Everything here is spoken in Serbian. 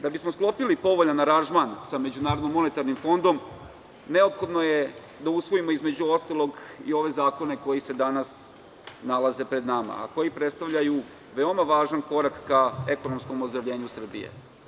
Da bismo sklopili povoljan aranžman sa MMF-om, neophodno je da usvojimo, između ostalog, zakone koji se danas nalaze pred nama, a koji predstavljaju veoma važan korak ka ekonomskom ozdravljenju Srbije.